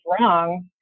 wrong